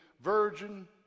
virgin